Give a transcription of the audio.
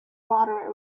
moderate